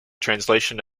translation